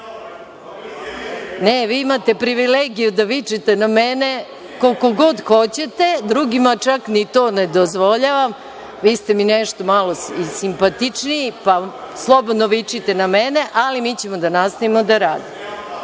vi imate privilegije da vičete na mene koliko god hoćete, drugima čak ni to ne dozvoljavam. Vi ste mi nešto malo simpatičniji, pa slobodno vičite na mene, ali mi ćemo da nastavimo da radimo.